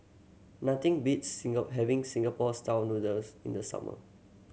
nothing beats having Singapore Style Noodles in the summer